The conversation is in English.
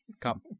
Come